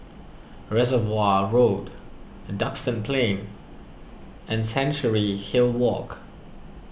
Reservoir Road Duxton Plain and Chancery Hill Walk